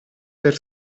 per